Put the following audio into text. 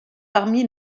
parmi